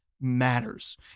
matters